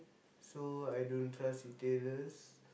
so I don't trust retailers